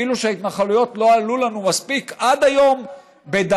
כאילו שההתנחלויות לא עלו לנו מספיק עד היום בדמים,